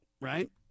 right